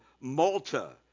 Malta